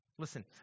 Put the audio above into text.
Listen